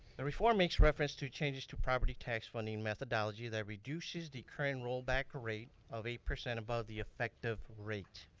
the reform makes reference to changes to property tax funding methodology that reduces the current rollback rate of eight percent above the effective rate.